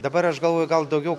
dabar aš galvoju gal daugiau